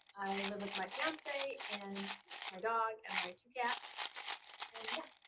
i live with my fiance and my dog and my two cats and yeah.